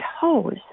toes